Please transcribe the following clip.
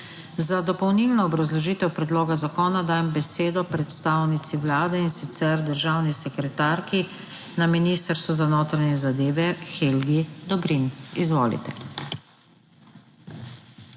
Za dopolnilno obrazložitev predloga zakona dajem besedo predstavnici Vlade, in sicer državni sekretarki na Ministrstvu za notranje zadeve Helgi Dobrin. Izvolite.